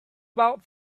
about